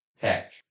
tech